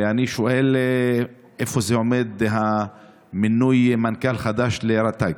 ואני שואל איפה עומד מינוי המנכ"ל החדש לרט"ג.